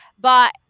But-